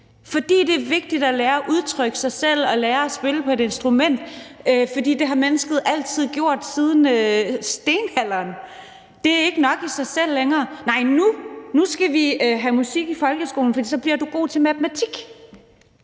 fordi det er vigtigt at lære at udtrykke sig selv og spille på et instrument, for det har mennesket gjort siden stenalderen. Det er ikke længere nok i sig selv. Nej, nu skal vi have musik i folkeskolen, fordi man så bliver god til matematik.